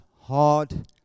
hard